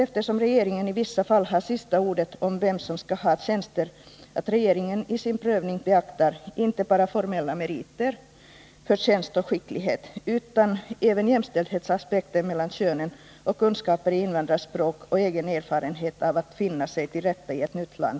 Eftersom regeringen i vissa fall har sista ordet när det gäller att avgöra vem som skall ha en tjänst hoppas jag att man vid sin prövning inte bara beaktar 21 formella meriter, förtjänst och skicklighet. Man bör också ta med som positiva faktorer jämställdhetsaspekten mellan könen, kunskaper i invandrarspråk och egen erfarenhet när det gäller att finna sig till rätta i ett nytt land.